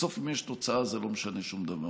בסוף, אם יש תוצאה, זה לא משנה שום דבר.